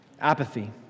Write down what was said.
apathy